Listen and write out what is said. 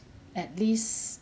at least